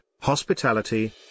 hospitality